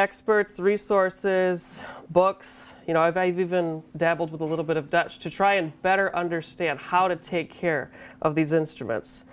experts the resources books you know i've even dabbled with a little bit of dutch to try and better understand how to take care of these instruments